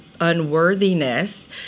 unworthiness